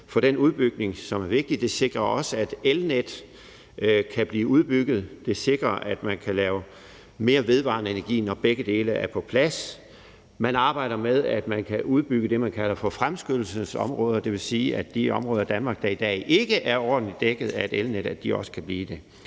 for den bygning, som er vigtig. Det sikrer også, at elnet kan blive udbygget. Det sikrer, at man kan lave mere vedvarende energi, når begge dele er på plads. Man arbejder med, at man kan udbygge det, man kalder fremskyndelsesområdet. Det vil sige, at de områder i Danmark, der i dag ikke er ordentligt dækket af et elnet, også kan blive det.